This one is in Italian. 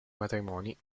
matrimoni